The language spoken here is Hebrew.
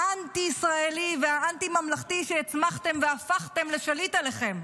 האנטי-ישראלי והאנטי-ממלכתי שהצמחתם והפכתם לשליט עליכם.